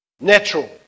Natural